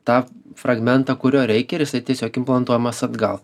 tą fragmentą kurio reikia ir jisai tiesiog implantuojamas atgal